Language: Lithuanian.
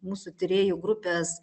mūsų tyrėjų grupės